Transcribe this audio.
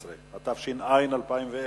16), התש"ע 2010,